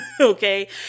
Okay